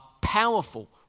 powerful